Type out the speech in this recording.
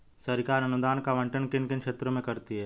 सरकार अनुदान का आवंटन किन किन क्षेत्रों में करती है?